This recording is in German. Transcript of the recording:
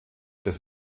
des